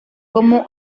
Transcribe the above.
como